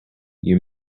you